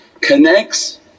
connects